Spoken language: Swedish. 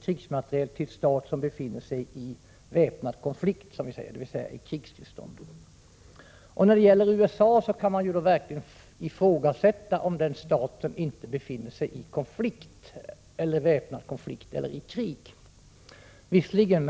krigsmateriel till stat som befinner sig i väpnad konflikt, dvs. krigstillstånd. Beträffande USA kan man verkligen ifrågasätta om inte det är en stat som befinner sig i väpnad konflikt eller krig.